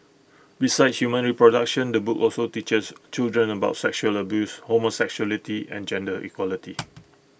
besides human reproduction the book also teaches children about sexual abuse homosexuality and gender equality